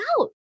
out